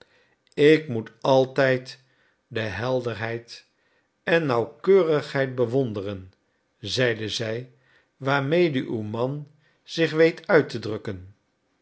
ik moet altijd de helderheid en nauwkeurigheid bewonderen zeide zij waarmede uw man zich weet uit te drukken